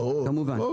ברור.